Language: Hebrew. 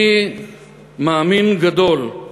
אני מאמין גדול בכך